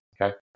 Okay